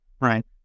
right